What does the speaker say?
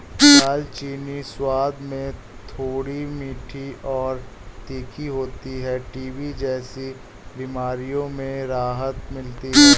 दालचीनी स्वाद में थोड़ी मीठी और तीखी होती है टीबी जैसी बीमारियों में राहत मिलती है